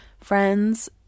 friends